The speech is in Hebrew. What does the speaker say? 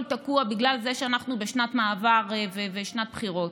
תקוע בגלל זה שאנחנו בשנת מעבר ובשנת בחירות,